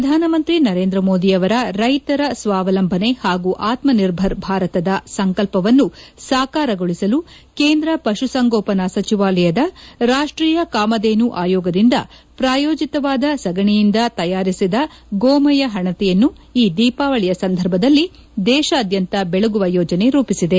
ಪ್ರಧಾನಮಂತ್ರಿ ನರೇಂದ್ರ ಮೋದಿಯವರ ರೈತರ ಸ್ವಾವಲಂಬನೆ ಹಾಗೂ ಆತ್ಮ ನಿರ್ಭರ್ ಭಾರತದ ಸಂಕಲ್ವವನ್ನು ಸಾಕಾರಗೊಳಿಸಲು ಕೇಂದ್ರ ಪಶು ಸಂಗೋಪನಾ ಸಚಿವಾಲಯದ ರಾಷ್ಟೀಯ ಕಾಮಧೇನು ಆಯೋಗದಿಂದ ಪ್ರಾಯೋಜಿತವಾದ ಸಗಣಿಯಿಂದ ತಯಾರಿಸಿದ ಗೋಮಯ ಹಣತೆಯನ್ನು ಈ ದೀಪಾವಳಿಯ ಸಂದರ್ಭದಲ್ಲಿ ದೇಶದಾದ್ಯಂತ ಬೆಳಗುವ ಯೋಜನೆ ರೂಪಿಸಿದೆ